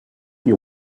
you